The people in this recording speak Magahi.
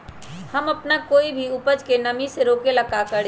हम अपना कोई भी उपज के नमी से रोके के ले का करी?